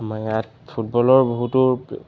আমাৰ ইয়াত ফুটবলৰ বহুতো